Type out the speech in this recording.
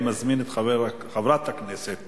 אני מזמין את חברת הכנסת